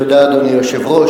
אדוני היושב-ראש,